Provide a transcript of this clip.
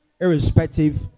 irrespective